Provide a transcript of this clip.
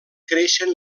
creixen